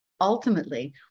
ultimately